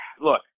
look